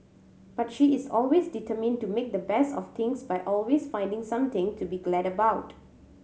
but she is always determined to make the best of things by always finding something to be glad about